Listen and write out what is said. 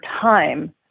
time